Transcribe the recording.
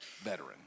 veteran